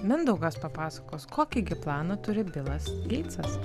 mindaugas papasakos kokį gi planą turi bilas geitsas